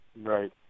Right